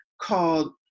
called